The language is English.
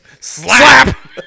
Slap